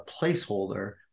placeholder